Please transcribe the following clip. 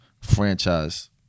franchise